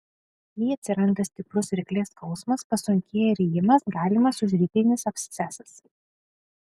jei atsiranda stiprus ryklės skausmas pasunkėja rijimas galimas užryklinis abscesas